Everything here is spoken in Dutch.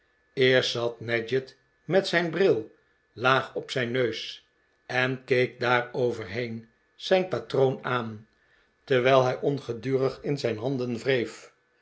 eerst zat nadgett met zijn bril laag op zijn neus en keek daaroverheen zijn patroon aan terwijl hij ongedurig in zijn handen wreef